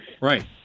Right